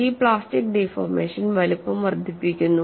ഈ plastic deformation വലുപ്പം വർദ്ധിക്കുന്നു